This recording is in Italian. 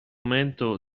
mento